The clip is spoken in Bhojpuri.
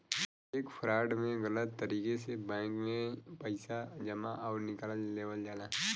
चेक फ्रॉड में गलत तरीके से बैंक में पैसा जमा आउर निकाल लेवल जाला